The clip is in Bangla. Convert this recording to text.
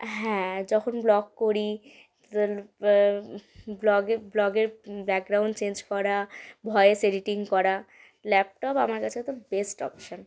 হ্যাঁ যখন ব্লগ করি ব্লগে ব্লগের ব্যাকগ্রাউন্ড চেঞ্জ করা ভয়েস এডিটিং করা ল্যাপটপ আমার কাছে তো বেস্ট অপশান